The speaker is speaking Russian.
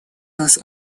нас